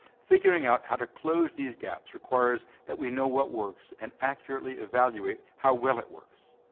figuring out how to close these gaps requires that we know what works and accurately evaluate how well it works.